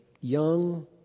young